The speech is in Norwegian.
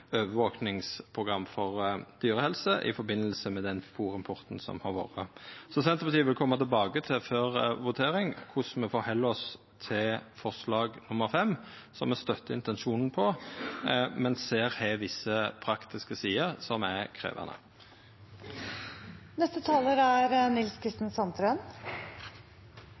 overvakingsprogram for dyrehelse i samband med den fôrimporten som har vore. Senterpartiet vil før votering koma tilbake til korleis me stiller oss til forslag nr. 5, som me støttar intensjonen i, men som me ser har visse praktiske sider som er krevjande. Det avgjørende nå er